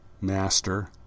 master